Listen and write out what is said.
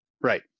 right